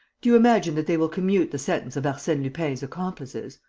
do you imagine that they will commute the sentence of arsene lupin's accomplices?